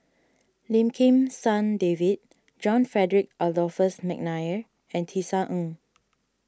Lim Kim San David John Frederick Adolphus McNair and Tisa Ng